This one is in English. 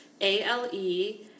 A-L-E